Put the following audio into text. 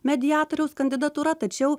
mediatoriaus kandidatūra tačiau